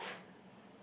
what